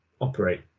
operate